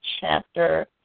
chapter